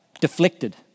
deflected